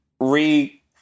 re